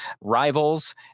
Rivals